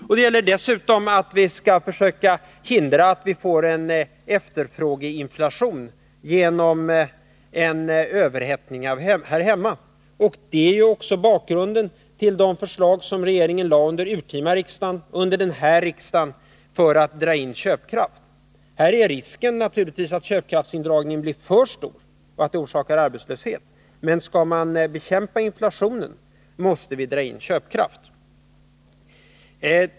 Och det gäller vidare att försöka hindra att vi får en efterfrågeinflation genom en överhettning här hemma. Det är ju också bakgrunden till de förslag som regeringen lade fram under det urtima riksmötet och som den lagt fram under detta riksmöte för att dra in köpkraft. Här är risken naturligtvis att köpkraftsindragningen blir för stor och att det orsakar arbetslöshet. Men skall vi bekämpa inflationen måste vi dra in köpkraft.